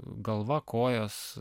galva kojos